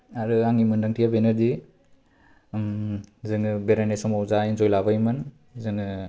आरो आंनि मोनदांथिया बेनोदि जोङो बेरायनाय समाव जा इन्जय लाबोयोमोन जोङो